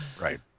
Right